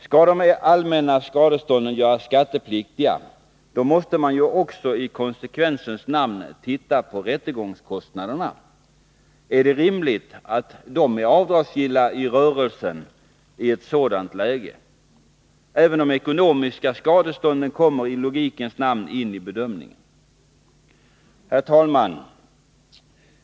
Skall de allmänna skadestånden göras skattepliktiga måste man också i konsekvensens namn titta på rättegångskostnaderna. Är det rimligt att de är avdragsgilla i rörelsen i ett sådant läge? Även de ekonomiska skadestånden kommer i logikens namn in i bedömningen. Herr talman!